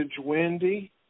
Wendy